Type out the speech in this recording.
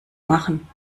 machen